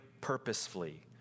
purposefully